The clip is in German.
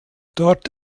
dort